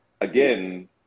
again